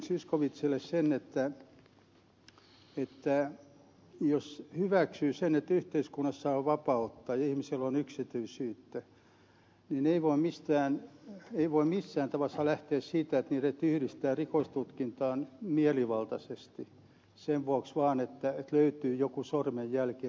zyskowiczille sen että jos hyväksyy sen että yhteiskunnassa on vapautta ihmisillä on yksityisyyttä niin ei voi missään ta pauksessa lähteä siitä että yhdistää rikostutkintaan mielivaltaisesti sen vuoksi vaan että löytyy joku sormenjälki rikospaikalta